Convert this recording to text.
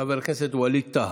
חבר הכנסת ווליד טאהא.